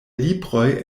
libroj